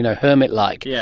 and hermit-like. yeah